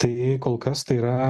tai kol kas tai yra